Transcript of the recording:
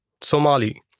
Somali